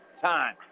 time